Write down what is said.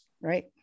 Right